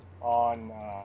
on